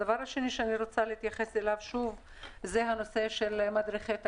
הדבר השני שאני רוצה להתייחס אליו שוב הוא עניין מדריכי תיירות.